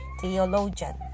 theologian